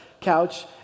couch